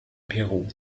peru